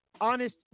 honest